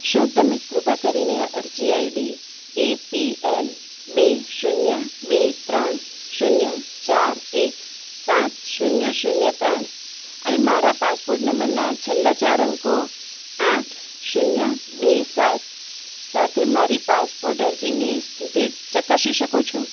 શું તમે કૃપા કરીને અરજી આઈડી એ પી એલ બે શૂન્ય બે ત્રણ શૂન્ય ચાર એક સાત શૂન્ય શૂન્ય ત્રણ અને મારા પાસપોટ નંબરના છેલ્લા ચાર અંકો આઠ શૂન્ય બે સાત સાથે મારી પાસપોર્ટ અરજીની સ્થિતિ ચકાસી શકો છો